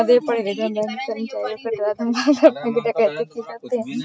bank कर्मचारियों को डरा धमकाकर, बैंक डकैती की जाती है